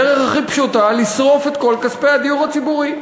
הדרך הכי פשוטה לשרוף את כל כספי הדיור הציבורי.